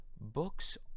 Books